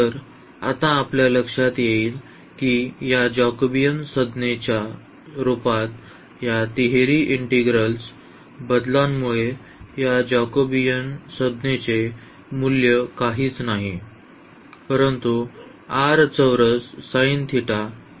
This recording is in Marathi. तर आता आपल्या लक्षात येईल की या जैकोबियन संज्ञेच्या रूपात या तिहेरी इंटीग्रल बदलांमुळे या जैकोबियन संज्ञेचे मूल्य काहीच नाही परंतु r चौरस साइन थेटा आहे